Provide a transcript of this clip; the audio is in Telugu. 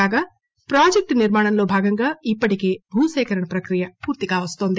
కాగా ప్రాజెక్ట్ నిర్మాణంలో భాగంగా ఇప్పటికే భూసేకరణ ప్రక్రియ పూర్తి కావొస్తోంది